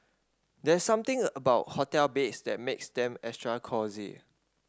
there's something about hotel beds that makes them extra cosy